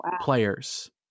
players